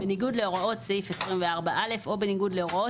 בניגוד להוראות סעיף 24(א) או בניגוד להוראות